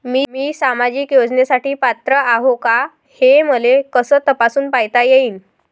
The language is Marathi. मी सामाजिक योजनेसाठी पात्र आहो का, हे मले कस तपासून पायता येईन?